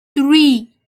three